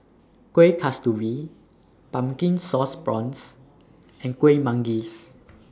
Kueh Kasturi Pumpkin Sauce Prawns and Kuih Manggis